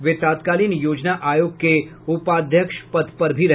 वे तत्कालीन योजना आयोग के उपाध्यक्ष पद पर भी रहे